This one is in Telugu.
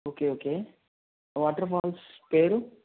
ఓకే ఓకే ఆ వాటర్ ఫాల్స్ పేరు